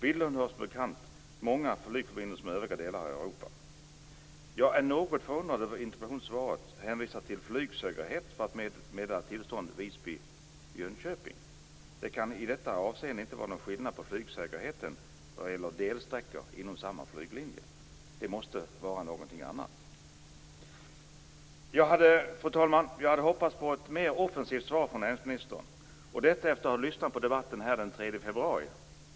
Billund har, som bekant, många flygförbindelser med övriga delar av Europa. Jag är något förvånad över att det i interpellationssvaret hänvisas till flygsäkerheten för att inte meddela tillstånd för sträckan Visby-Jönköping. Det kan i detta avseende inte vara någon skillnad på flygsäkerheten vad gäller delsträckor inom samma flyglinje. Det måste vara fråga om något annat! Fru talman! Jag hade hoppats på ett mer offensivt svar från näringsministern; detta efter att från läktaren ha lyssnat på debatten här den 3 februari.